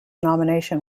nomination